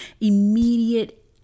immediate